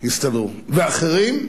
הסתדרו, ואחרים,